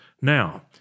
Now